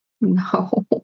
No